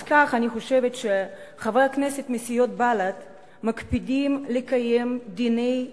אני חושבת שחברי הכנסת מסיעת בל"ד מקפידים לקיים את דיני המדינה,